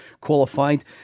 qualified